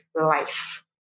life